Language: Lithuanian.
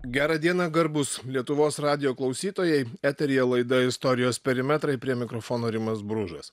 gerą dieną garbūs lietuvos radijo klausytojai eteryje laida istorijos perimetrai prie mikrofono rimas bružas